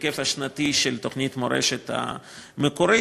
להיקף השנתי של תוכנית מורשת המקורית,